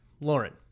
Lauren